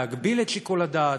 להגביל את שיקול הדעת,